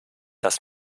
dass